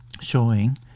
showing